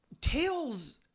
tails